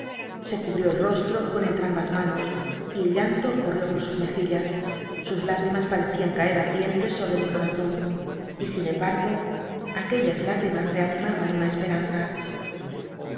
se cubrió el rostro con entrambas manos y el llanto corrió por sus mejillas sus lágrimas parecían caer ardientes sobre mi comzon y sin embargo aquellas lágrimas reanimaron una